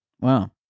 wow